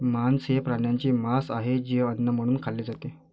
मांस हे प्राण्यांचे मांस आहे जे अन्न म्हणून खाल्ले जाते